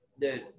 Dude